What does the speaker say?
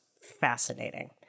fascinating